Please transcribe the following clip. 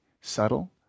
subtle